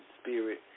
spirit